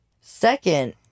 Second